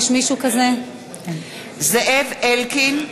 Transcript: (קוראת בשם חבר הכנסת) זאב אלקין,